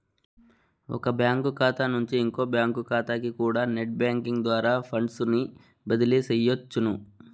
ఒక బ్యాంకు కాతా నుంచి ఇంకో బ్యాంకు కాతాకికూడా నెట్ బ్యేంకింగ్ ద్వారా ఫండ్సుని బదిలీ సెయ్యొచ్చును